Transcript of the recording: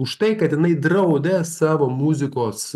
už tai kad jinai draudė savo muzikos